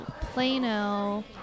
Plano